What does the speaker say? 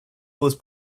pose